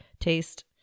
taste